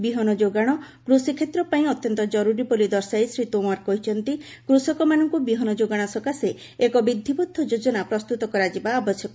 ବିହନ ଯୋଗାଣ କୃଷି କ୍ଷେତ୍ରପାଇଁ ଅତ୍ୟନ୍ତ ଜରୁରୀ ବୋଲି ଦର୍ଶାଇ ଶ୍ରୀ ତୋମର କହିଛନ୍ତି କୃଷକମାନଙ୍କୁ ବିହନ ଯୋଗାଣ ସକାଶେ ଏକ ବିଧିବଦ୍ଧ ଯୋଜନା ପ୍ରସ୍ତୁତ କରାଯିବା ଆବଶ୍ୟକ